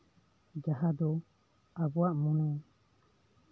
ᱡᱟᱦᱟᱸ ᱫᱚ ᱟᱵᱚᱣᱟᱜ ᱢᱚᱱᱮ